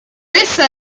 essa